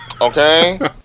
Okay